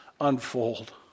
unfold